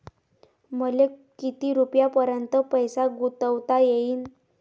मले किती रुपयापर्यंत पैसा गुंतवता येईन?